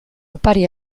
opari